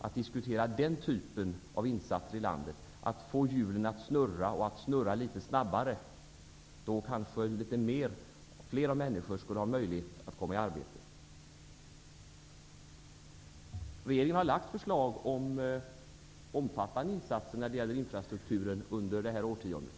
att diskutera den typen av insatser i landet -- att få hjulen att snurra litet snabbare -- kanske litet fler människor skulle ha möjlighet att komma i arbete. Regeringen har lagt förslag om omfattande insatser när det gäller infrastrukturen under detta årtionde.